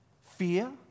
fear